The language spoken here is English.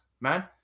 man